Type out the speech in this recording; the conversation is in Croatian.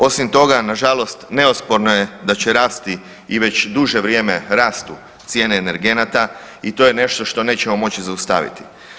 Osim toga, nažalost neosporno je da će rasti i već duže vrijeme rastu cijene energenata i to je nešto što nećemo moći zaustaviti.